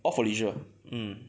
more for leisure mm